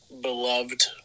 beloved